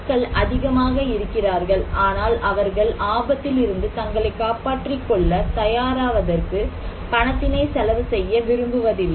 மக்கள் அதிகமாக இருக்கிறார்கள் ஆனால் அவர்கள் ஆபத்தில் இருந்து தங்களை காப்பாற்றிக்கொள்ள தயாராவதற்கு பணத்தினை செலவு செய்ய விரும்புவதில்லை